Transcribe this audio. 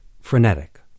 frenetic